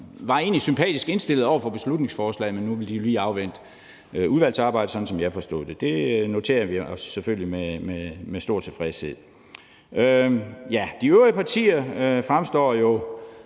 og egentlig var sympatisk indstillet over for beslutningsforslaget. Men nu ville de lige afvente udvalgsarbejdet, sådan som jeg forstod det. Det noterer vi os selvfølgelig med stor tilfredshed. De øvrige partier fremstår jo,